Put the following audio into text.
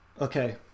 Okay